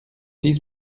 six